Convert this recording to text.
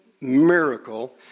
miracle